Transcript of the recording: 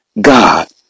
God